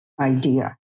idea